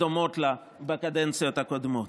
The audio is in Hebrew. דומות לה בקדנציות הקודמות,